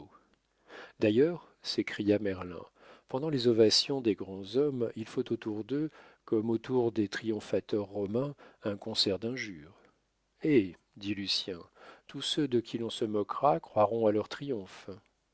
d'ailleurs s'écria merlin pendant les ovations des grands hommes il faut autour d'eux comme autour des triomphateurs romains un concert d'injures eh dit lucien tous ceux de qui l'on se moquera croiront à leur triomphe